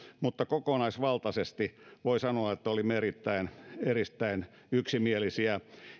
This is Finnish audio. mutta kokonaisvaltaisesti voi sanoa että olimme erittäin erittäin yksimielisiä